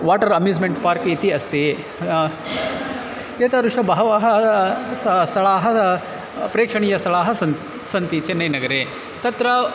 water amusement park इति अस्ति एतादृश बहवः स्थलानि प्रेक्षणीयस्थलाः सन्ति सन्ति चेन्नैनगरे तत्र